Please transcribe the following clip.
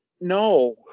no